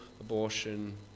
abortion